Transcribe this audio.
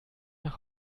nach